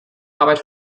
arbeit